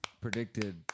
predicted